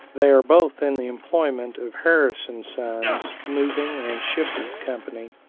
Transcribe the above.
they are both in the employment of harris and sons, moving and shipment company,